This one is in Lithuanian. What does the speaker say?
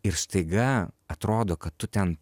ir staiga atrodo kad tu ten